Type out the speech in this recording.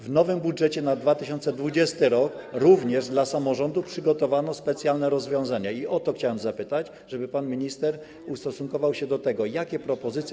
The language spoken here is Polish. W nowym budżecie na 2020 r. również dla samorządu przygotowano specjalne rozwiązania i o to chciałem zapytać, żeby pan minister ustosunkował się do tego, jakie propozycje.